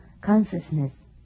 consciousness